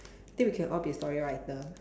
think we can all be story writer